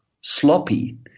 sloppy